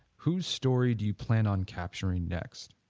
whose story do you plan on capturing next?